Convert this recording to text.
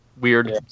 weird